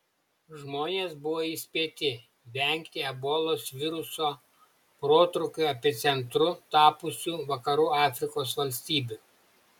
žmonės buvo įspėti vengti ebolos viruso protrūkio epicentru tapusių vakarų afrikos valstybių